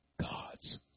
God's